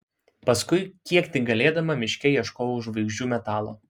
paskui kiek tik galėdama miške ieškojau žvaigždžių metalo